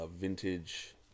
vintage